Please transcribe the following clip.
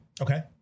Okay